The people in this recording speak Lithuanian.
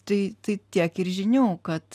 tai tai tiek ir žinių kad